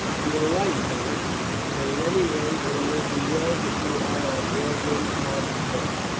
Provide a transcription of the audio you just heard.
you are right, beric but at any rate it will be well to see how our brethren are prepared.